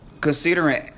Considering